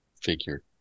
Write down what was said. figure